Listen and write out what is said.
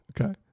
Okay